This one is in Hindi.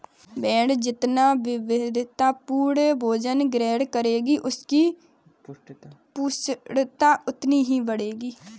भेंड़ जितना विविधतापूर्ण भोजन ग्रहण करेगी, उसकी पुष्टता उतनी ही बढ़ेगी